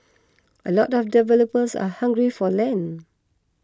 a lot of developers are hungry for land